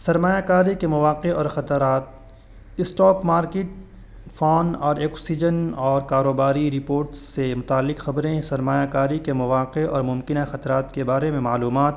سرمایہ کاری کے مواقع اور خطرات اسٹاک مارکٹ فارن اور آکسیجن اور کاروباری رپورٹ سے متعلق خبریں سرمایہ کاری کے مواقع اور ممکنہ خطرات کے بارے میں معلومات